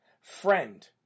friend